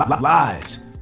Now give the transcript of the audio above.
lives